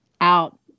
out